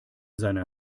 seiner